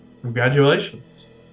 Congratulations